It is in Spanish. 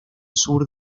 sur